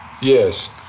Yes